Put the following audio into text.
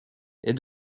est